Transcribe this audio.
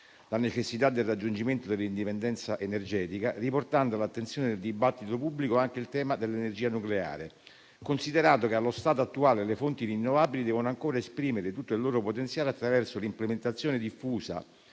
la necessità del raggiungimento dell'indipendenza energetica, riportando all'attenzione del dibattito pubblico anche il tema dell'energia nucleare, considerato che allo stato attuale le fonti rinnovabili devono ancora esprimere tutto il loro potenziale attraverso l'implementazione diffusa